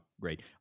great